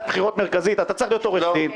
הבחירות המרכזית אתה צריך להיות עורך דין.